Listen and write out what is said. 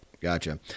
Gotcha